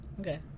Okay